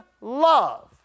love